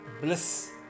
bliss